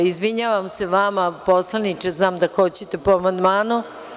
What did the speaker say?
Izvinjavam se vama, poslaniče, znam da hoćete po amandmanu.